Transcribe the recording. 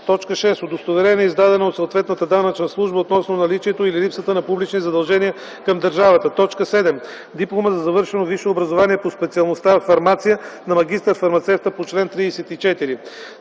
6. удостоверение, издадено от съответната данъчна служба относно наличието или липсата на публични задължения към държавата; 7. диплома за завършено висше образование по специалността „Фармация” на магистър-фармацевта по чл. 34;